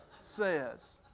says